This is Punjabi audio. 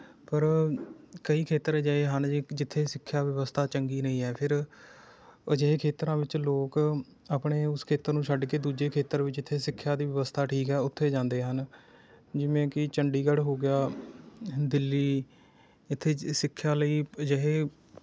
ਪਰ ਕਈ ਖੇਤਰ ਅਜਿਹੇ ਹਨ ਜਿ ਜਿੱਥੇ ਸਿੱਖਿਆ ਵਿਵਸਥਾ ਚੰਗੀ ਨਹੀਂ ਹੈ ਫਿਰ ਅਜਿਹੇ ਖੇਤਰਾਂ ਵਿੱਚ ਲੋਕ ਆਪਣੇ ਉਸ ਖੇਤਰ ਨੂੰ ਛੱਡ ਕੇ ਦੂਜੇ ਖੇਤਰ ਵਿੱਚ ਜਿੱਥੇ ਸਿੱਖਿਆ ਦੀ ਵਿਵਸਥਾ ਠੀਕ ਹੈ ਉੱਥੇ ਜਾਂਦੇ ਹਨ ਜਿਵੇਂ ਕਿ ਚੰਡੀਗੜ੍ਹ ਹੋ ਗਿਆ ਦਿੱਲੀ ਇੱਥੇ ਸਿੱਖਿਆ ਲਈ ਅਜਿਹੇ